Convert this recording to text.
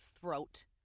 throat